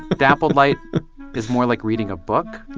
dappled light is more like reading a book.